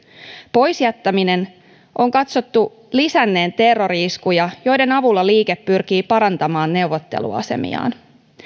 poisjättämisen on katsottu lisänneen terrori iskuja joiden avulla liike pyrkii parantamaan neuvotteluasemiaan